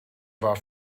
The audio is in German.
war